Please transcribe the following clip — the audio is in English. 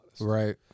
Right